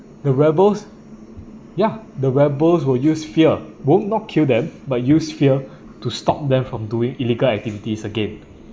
the rebels ya the rebels who use fear would not kill them but use fear to stop them from doing illegal activities again